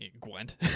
Gwent